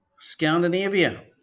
scandinavia